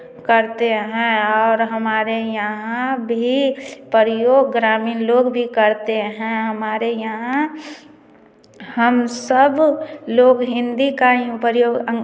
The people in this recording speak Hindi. करते हैं और हमारे यहाँ भी प्रयोग ग्रामीण लोग भी करते हैं हमारे यहाँ हम सब लोग हिंदी का ही प्रयोग